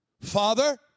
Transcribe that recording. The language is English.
Father